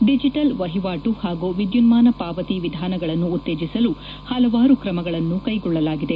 digital ವೆಹಿವಾಟು ಹಾಗೂ ವಿದ್ಯುನ್ಮಾನ ಪಾವತಿ ವಿಧಾನಗಳನ್ನು ಉತ್ತೇಜಿಸಲು ಹಲವಾರು ಕ್ರಮಗಳನ್ನು ಕೈಗೊಳ್ಳಲಾಗಿದೆ